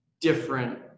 different